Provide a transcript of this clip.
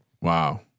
Wow